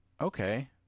okay